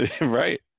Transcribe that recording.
Right